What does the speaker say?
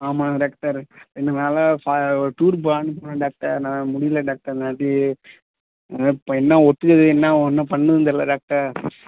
ஆமாங்க டாக்டர் ரெண்டு நாளாக ஒரு டூரு போலாம்னு இருந்தேன் டாக்டர் என்னால் முடியலை டாக்டர் என்னது என்ன என்ன ஒத்துக்குது என்ன ஒன்றும் பண்ணுதுன்னு தெரியலை டாக்டர்